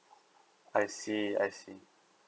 I see I see